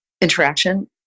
interaction